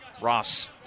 Ross